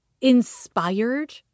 inspired